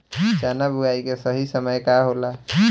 चना बुआई के सही समय का होला?